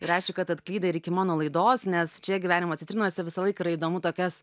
ir aišku kad atklydai ir iki mano laidos nes čia gyvenimo citrinose visą laiką yra įdomu tokias